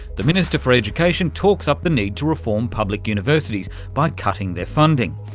the minister for education talks up the need to reform public universities by cutting their funding,